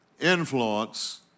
influence